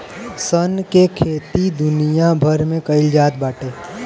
सन के खेती दुनिया भर में कईल जात बाटे